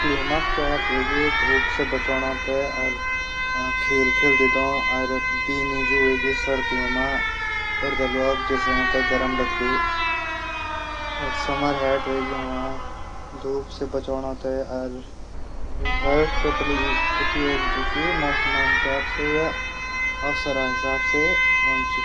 ठंडियों मा कैप हवेग्याई धूप थै बचौणा थै। बीनी जू हवेग्या सर्दियों मा। समर हेड हवेग्या धूप से बचौणा थै। हर टुपली एक उपयोग च मोसम हिसाब से या अवसर हिसाब से।